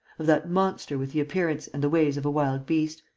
of that monster with the appearance and the ways of a wild beast,